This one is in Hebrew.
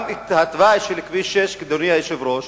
גם התוואי של כביש 6, אדוני היושב-ראש,